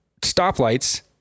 stoplights